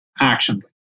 action